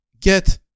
get